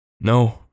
No